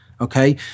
Okay